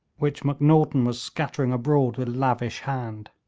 which macnaghten was scattering abroad with lavish hand.